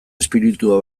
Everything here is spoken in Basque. espiritua